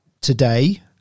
today